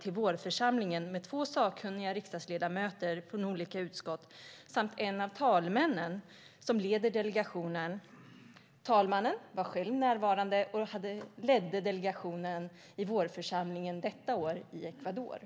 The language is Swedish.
till vårförsamlingen med två sakkunniga rikdagsledamöter från olika utskott samt en av talmännen som leder delegationen. Tredje vice talmannen var själv närvarande och ledde delegationen vid vårförsamlingen detta år i Ecuador.